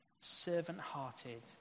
servant-hearted